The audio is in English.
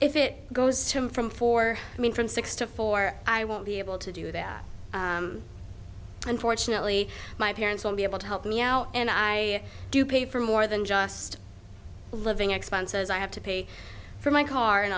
if it goes to him from four i mean from six to four i won't be able to do that unfortunately my parents won't be able to help me out and i do pay for more than just living expenses i have to pay for my car and